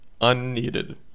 Unneeded